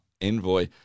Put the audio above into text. Envoy